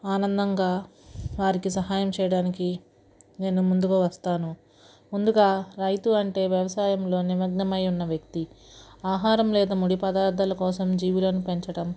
ఆనందంగా వారికి సహాయం చేయడానికి నేను ముందుకు వస్తాను ముందుగా రైతు అంటే వ్యవసాయంలో నిమగ్నమై ఉన్న వ్యక్తి ఆహారం లేదా ముడి పదార్థాల కోసం జీవులను పెంచడం